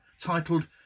titled